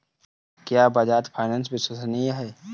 क्या बजाज फाइनेंस विश्वसनीय है?